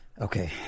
Okay